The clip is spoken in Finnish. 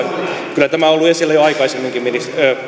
kyllä tämä on ollut esillä jo aikaisemminkin